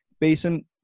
Basin